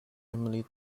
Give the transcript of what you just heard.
emily